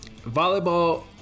volleyball